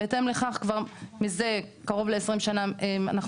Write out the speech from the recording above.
בהתאם לכך כבר מזה קרוב ל-20 שנה אנחנו